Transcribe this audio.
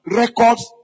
records